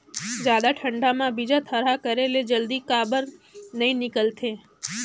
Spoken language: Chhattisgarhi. जादा ठंडा म बीजा थरहा करे से जल्दी काबर नी निकलथे?